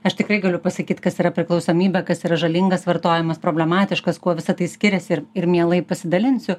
aš tikrai galiu pasakyt kas yra priklausomybė kas yra žalingas vartojimas problematiškas kuo visa tai skiriasi ir ir mielai pasidalinsiu